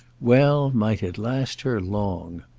well, might it last her long!